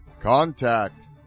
Contact